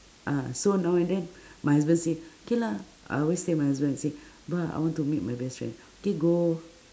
ah so now and then my husband say k lah I always say my husband and say bah I want to meet my best friend okay go